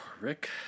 Rick